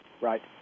Right